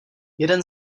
jeden